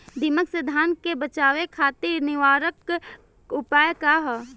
दिमक से धान के बचावे खातिर निवारक उपाय का ह?